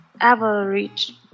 average